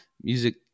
music